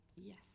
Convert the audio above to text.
Yes